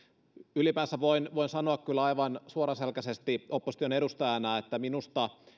ylipäänsä voin voin sanoa kyllä aivan suoraselkäisesti opposition edustajana että minusta